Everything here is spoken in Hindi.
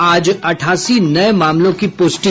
आज अठासी नये मामलों की प्रष्टि